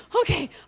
okay